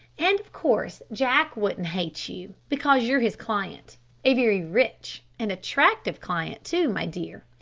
and, of course, jack wouldn't hate you because you're his client a very rich and attractive client too, my dear.